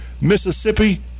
Mississippi